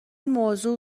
موضوع